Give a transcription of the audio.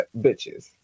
bitches